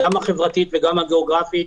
גם החברתית וגם הגאוגרפית,